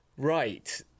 Right